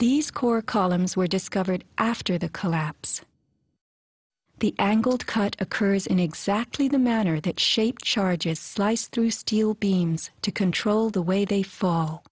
these core columns were discovered after the collapse the angled cut occurs in exactly the manner that shaped charges slice through steel beams to control the way they fall